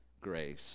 grace